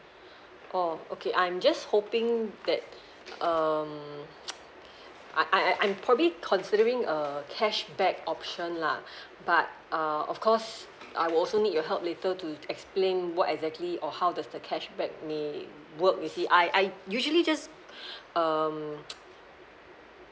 oh okay I'm just hoping that um I I I'm probably considering err cashback option lah but uh of course I will also need your help later to explain what exactly or how does the cashback may work you see I I usually just um